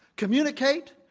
communicate,